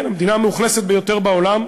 כן, המדינה המאוכלסת ביותר בעולם,